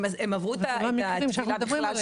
הם עברו את הטבילה --- אבל זה לא המקרים שאנחנו מדברים עליהם.